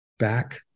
back